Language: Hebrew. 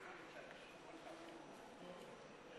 20 ביולי 2015. אני מתכבד לפתוח את ישיבת הכנסת.